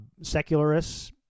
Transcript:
secularists